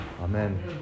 Amen